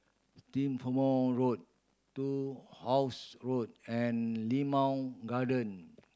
Strathmore Road Turnhouse Road and Limau Garden